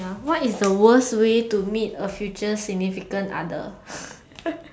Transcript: ya what is the worst way to meet a future significant other